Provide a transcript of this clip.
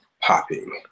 popping